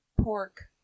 Pork